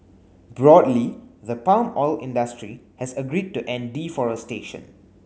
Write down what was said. broadly the palm oil industry has agreed to end deforestation